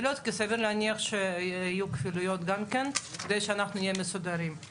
הארגונית הישראלית זה יכול להתגלגל למקומות שאנחנו לא רוצים